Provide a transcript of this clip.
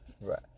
Right